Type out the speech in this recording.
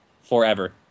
Forever